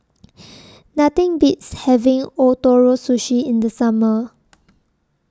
Nothing Beats having Ootoro Sushi in The Summer